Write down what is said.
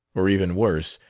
or even worse,